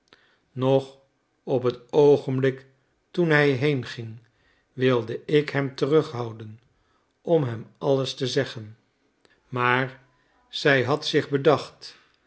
nog op het oogenblik toen hij heenging wilde ik hem terughouden om hem alles te zeggen maar zij had zich bedacht